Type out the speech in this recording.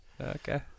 Okay